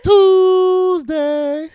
Tuesday